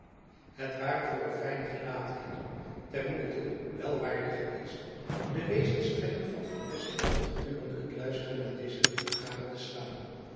het ware voor een fijnen gelaatkenner der moeite wel waardig geweest de wezenstrekken van van espenblad gedurende het luisteren naar dezen brief gade te slaan